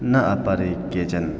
न अपरे केचन